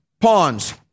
Pawns